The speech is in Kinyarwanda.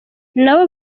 nabo